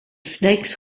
snakes